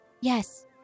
Yes